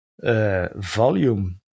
volume